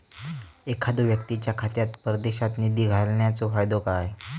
एखादो व्यक्तीच्या खात्यात परदेशात निधी घालन्याचो फायदो काय?